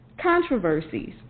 controversies